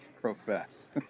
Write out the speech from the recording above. profess